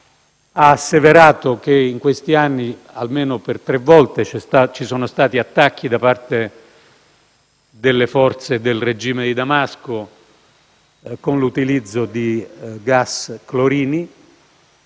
ha asseverato che in questi anni, almeno per tre volte, ci sono stati attacchi da parte delle forze del regime di Damasco con l'utilizzo di gas clorino.